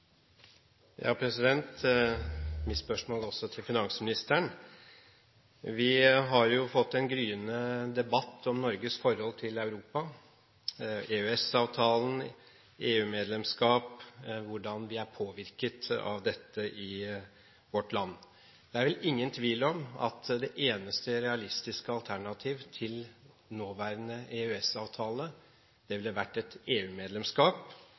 Mitt spørsmål går også til finansministeren. Vi har fått en gryende debatt om Norges forhold til Europa – EØS-avtalen, EU-medlemskap og hvordan vi er påvirket av dette i vårt land. Det er vel ingen tvil om at det eneste realistiske alternativ til nåværende EØS-avtale ville vært EU-medlemskap. Det ville